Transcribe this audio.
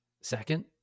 Second